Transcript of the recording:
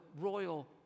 royal